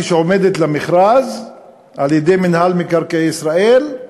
כשהיא עומדת למכרז על-ידי מינהל מקרקעי ישראל,